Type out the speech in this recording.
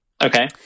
Okay